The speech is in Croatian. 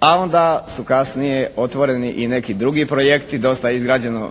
a onda su kasnije otvoreni i neki drugi projekti, dosta je izgrađeno